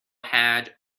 had